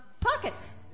Pockets